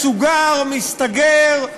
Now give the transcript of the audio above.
מסוגר ומסתגר.